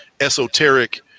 esoteric